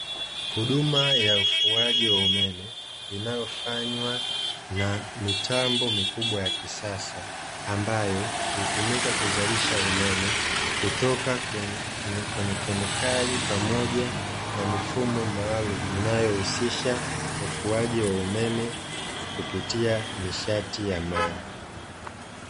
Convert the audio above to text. Huduma ya ufugaji wa umeme inayofanywa na mitambo mikubwa ya kisasa, ambayo hutumika kuzalisha umeme kutoka kwenye kemikali pamoja na mifumo maalum inayohusisha ufuaji wa umeme kupitia nishati ya amaji.